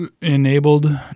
enabled